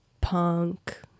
punk